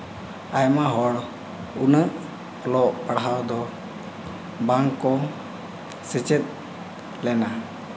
ᱟᱭᱢᱱᱟ ᱦᱚᱲ ᱩᱱᱟᱹᱜ ᱚᱞᱚᱜ ᱯᱟᱲᱦᱟᱣ ᱫᱚ ᱵᱟᱝᱠᱚ ᱥᱮᱪᱮᱫ ᱞᱮᱱᱟ